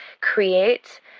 create